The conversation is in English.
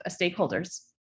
stakeholders